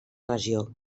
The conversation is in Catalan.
regió